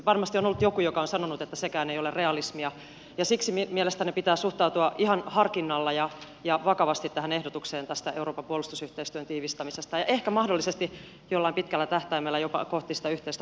varmasti on ollut joku joka on sanonut että sekään ei ole realismia ja siksi mielestäni pitää suhtautua ihan harkinnalla ja vakavasti tähän ehdotukseen euroopan puolustusyhteistyön tiivistämisestä ja ehkä mahdollisesti jollain pitkällä tähtäimellä jopa mennä kohti sitä yhteistä puolustusta